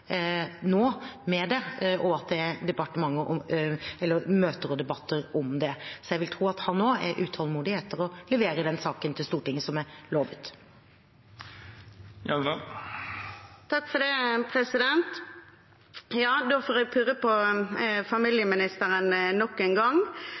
med det, og at det er møter og debatter om det. Så jeg vil tro at også han er utålmodig etter å levere denne saken til Stortinget, som er lovet. Da får jeg purre på familieministeren nok engang. Ministeren understreker at det